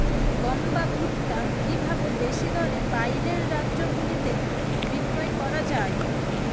গম বা ভুট্ট কি ভাবে বেশি দরে বাইরের রাজ্যগুলিতে বিক্রয় করা য়ায়?